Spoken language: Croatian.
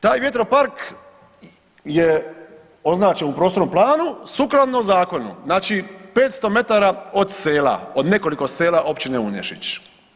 Taj vjetropark je označen u prostornom planu sukladno zakonu, znači 500 metara od sela, od nekoliko sela općine Unešić.